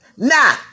Nah